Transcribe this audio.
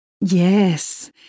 Yes